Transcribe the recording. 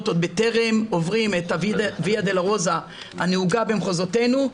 עוד בטרם עוברים את הויה דולורוזה הנהוגה במחוזותינו,